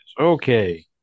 Okay